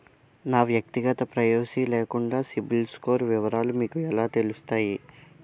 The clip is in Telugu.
నా వ్యక్తిగత ప్రైవసీ లేకుండా సిబిల్ స్కోర్ వివరాలు మీకు ఎలా తెలుస్తాయి?